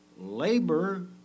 labor